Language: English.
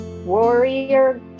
warrior